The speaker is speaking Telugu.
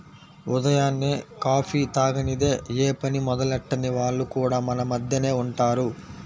ఉదయాన్నే కాఫీ తాగనిదె యే పని మొదలెట్టని వాళ్లు కూడా మన మద్దెనే ఉంటారు